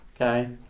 Okay